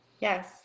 Yes